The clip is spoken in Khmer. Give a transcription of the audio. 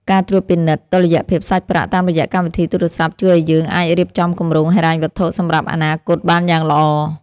ការត្រួតពិនិត្យតុល្យភាពសាច់ប្រាក់តាមរយៈកម្មវិធីទូរស័ព្ទជួយឱ្យយើងអាចរៀបចំគម្រោងហិរញ្ញវត្ថុសម្រាប់អនាគតបានយ៉ាងល្អ។